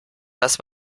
das